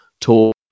talk